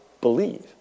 believe